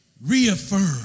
reaffirm